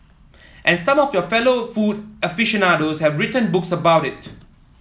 and some of your fellow food aficionados have written books about it